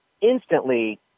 instantly